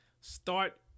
start